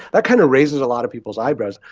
that kind of raises a lot of people's eyebrows.